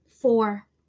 Four